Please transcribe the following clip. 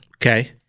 Okay